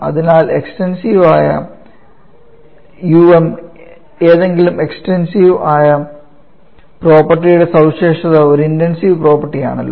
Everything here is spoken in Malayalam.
അതിനാൽ എക്സ്ടെൻസീവ് ആയ um ഏതെങ്കിലും എക്സ്ടെൻസീവ് ആയ പ്രോപ്പർട്ടിയുടെ സവിശേഷത ഒരു ഇന്റെൻസീവ് പ്രോപ്പർട്ടി ആണല്ലോ